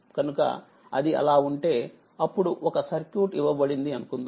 కనుకఅదిఅలాఉంటే అప్పుడు ఒక సర్క్యూట్ ఇవ్వబడింది అనుకుందాం